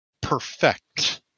perfect